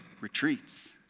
retreats